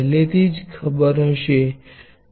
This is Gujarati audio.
આગળ આપણે શ્રેણીમાં ઇન્ડક્ટરને જોશું